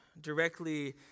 Directly